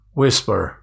Whisper